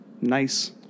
nice